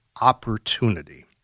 opportunity –